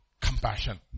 compassion